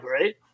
right